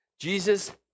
Jesus